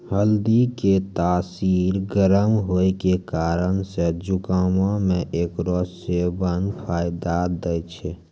हल्दी के तासीर गरम होय के कारण से जुकामो मे एकरो सेबन फायदा दै छै